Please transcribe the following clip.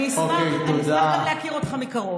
אני אשמח להמשיך איתך את השיחה הזאת.